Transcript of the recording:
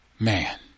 Man